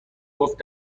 گفت